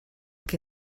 que